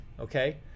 okay